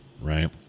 right